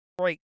right